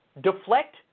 Deflect